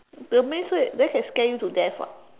that maze wait then I can scare you to death [what]